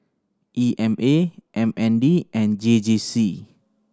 E M A M N D and J J C